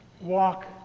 Walk